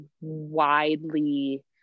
widely